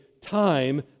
time